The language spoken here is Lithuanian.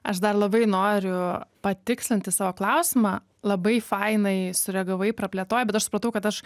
aš dar labai noriu patikslinti savo klausimą labai fainai sureagavai praplėto bet aš supratau kad aš